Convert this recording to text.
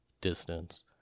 distance